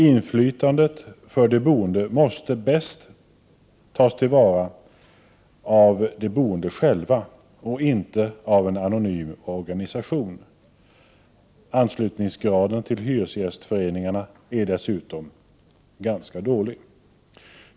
Inflytandet för de boende måste bäst tas till vara av de boende själva och inte av en anonym organisation. Anslutningsgraden till hyresgästföreningarna är dessutom ganska dålig.